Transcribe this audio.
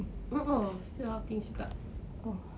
a'ah still a lot of things juga